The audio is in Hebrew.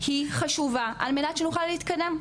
כי היא חשובה על מנת שנוכל להתקדם,